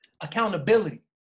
Accountability